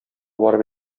барып